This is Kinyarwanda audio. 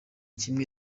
kimwe